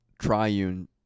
triune